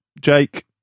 Jake